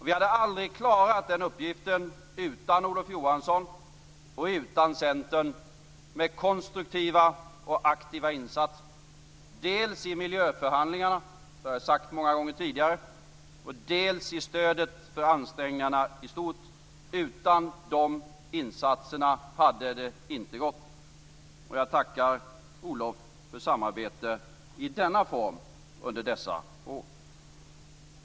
Vi hade aldrig klarat den uppgiften utan Olof Johanssons och Centerns konstruktiva och aktiva insatser - dels i miljöförhandlingarna, såsom jag sagt många gånger tidigare, dels i stödet för ansträngningarna i stort. Utan de insatserna hade det inte gått. Jag tackar Olof för samarbetet i denna form under dessa år.